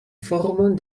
formon